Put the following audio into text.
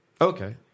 Okay